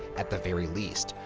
at the very least,